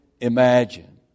imagine